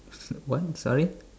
s~ what sorry